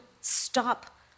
stop